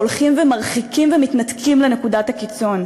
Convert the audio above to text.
שהולכים ומרחיקים ומתנתקים לנקודת הקיצון.